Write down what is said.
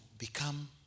become